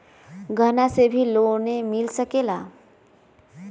गहना से भी लोने मिल सकेला?